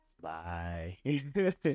bye